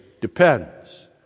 depends